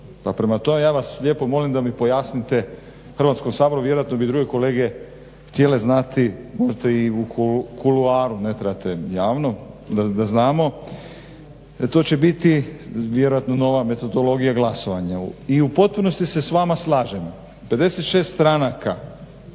pa prema tome ja vas lijepo molim da mi pojasnite, Hrvatskom saboru. Vjerojatno bi druge kolege htjele znati, možete i u kuloaru, ne trebate javno, da znamo. To će biti vjerojatno nova metodologija glasovanja. I u potpunosti se s vama slažem, 56 stranaka